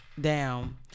down